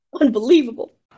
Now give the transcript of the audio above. Unbelievable